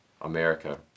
America